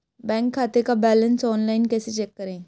Bank खाते का balance online कैसे चेक करें?